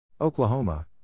Oklahoma